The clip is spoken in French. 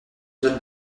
donne